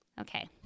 Okay